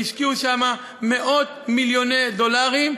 הם השקיעו שם מאות-מיליוני דולרים,